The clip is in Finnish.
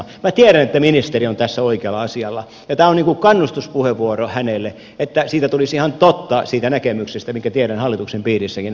minä tiedän että ministeri on tässä oikealla asialla ja tämä on kannustuspuheenvuoro hänelle että tulisi ihan totta siitä näkemyksestä minkä tiedän hallituksen piirissäkin olevan vahvoilla